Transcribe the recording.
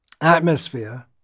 atmosphere